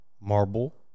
marble